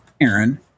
Aaron